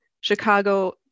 Chicago